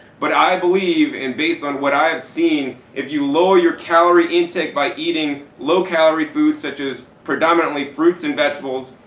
but i believe, and based on what i have seen, if you lower your calorie intake by eating low calorie foods such as predominantly fruits and vegetables,